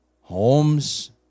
homes